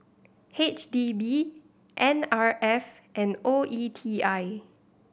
H D B N R F and O E T I